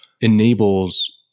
enables